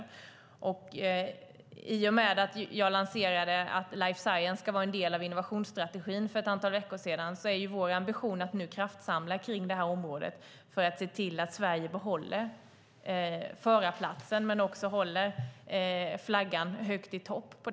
I och med att jag för ett antal veckor sedan lanserade att life science ska vara en del av innovationsstrategin är vår ambition att nu kraftsamla kring detta område för att se till att Sverige behåller förarplatsen och håller flaggan högt i topp.